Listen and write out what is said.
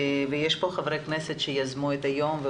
נמצאים כאן חברי הכנסת שיזמו את היום הזה,